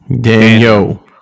Daniel